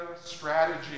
strategy